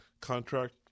contract